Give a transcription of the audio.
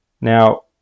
Now